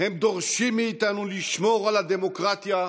הם דורשים מאיתנו לשמור על הדמוקרטיה,